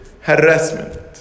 harassment